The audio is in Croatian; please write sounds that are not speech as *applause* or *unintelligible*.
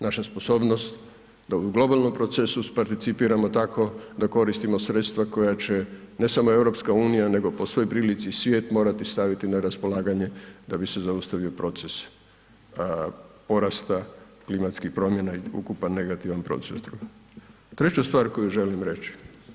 Naša sposobnost da u globalnom procesu participiramo tako da koristimo sredstva koja će, ne samo EU, nego po svojoj prilici i svijet, morati staviti na raspolaganje da bi se zaustavio proces porasta klimatskih promjena i ukupan negativan ... *unintelligible* Treću stvar koju želim reći.